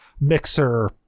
Mixer